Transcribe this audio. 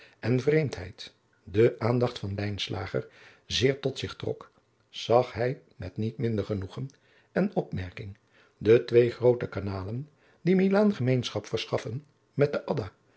en vreemdheid de aandacht van lijnslager zeer tot zich trok zag hij met niet minder genoegen en opmerking de twee groote kanalen die milaan gemeenschap verschaffen met de adda